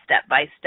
step-by-step